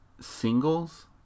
singles